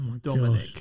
Dominic